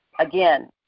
again